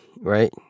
right